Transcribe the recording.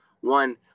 One